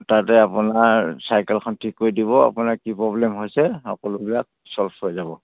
তাতে আপোনাৰ চাইকেলখন ঠিক কৰি দিব আপোনাৰ কি প্ৰব্লেম হৈছে সকলোবিলাক চল্ভ হৈ যাব